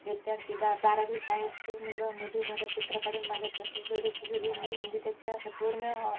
विद्यार्थी दहाबारावी सायन्सची मुलंमुली मला चित्र काढून मागत होते बेडूक विहून मी म्हणजे त्याच्या पूर्ण